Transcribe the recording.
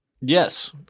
Yes